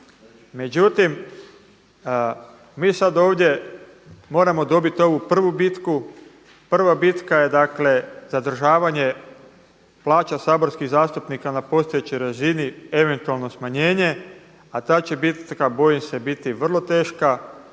Međutim, mi sad ovdje moramo dobiti ovu prvu bitku, prava bitka je dakle zadržavanje plaća saborskih zastupnika na postojećoj razini eventualno smanjenje a ta će bitka bojim se biti vrlo teška.